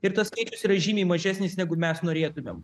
ir tas skaičius yra žymiai mažesnis negu mes norėtumėm